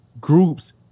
groups